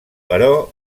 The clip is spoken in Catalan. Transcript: però